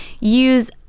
use